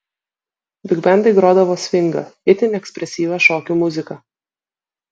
bigbendai grodavo svingą itin ekspresyvią šokių muziką